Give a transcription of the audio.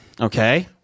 Okay